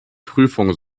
prüfung